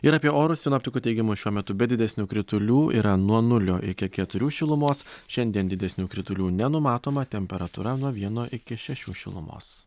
ir apie orus sinoptikų teigimu šiuo metu be didesnių kritulių yra nuo nulio iki keturių šilumos šiandien didesnių kritulių nenumatoma temperatūra nuo vieno iki šešių šilumos